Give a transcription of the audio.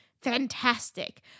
fantastic